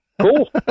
Cool